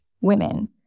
women